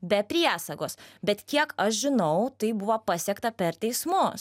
be priesagos bet kiek aš žinau tai buvo pasiekta per teismus